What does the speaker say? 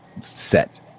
set